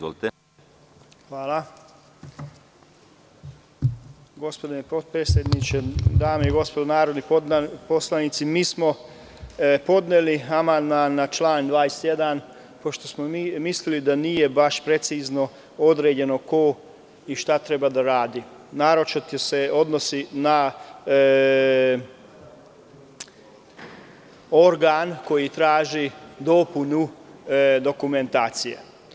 Gospodine podpredsedniče, dame i gospodo narodni poslanici, podneli smo amandman na član 21. pošto smo mislili da nije precizno određeno ko i šta treba da radi, a naročito se odnosi na organ koji traži dopunu dokumentacije.